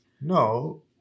No